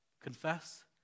Confess